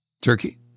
Turkey